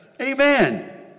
Amen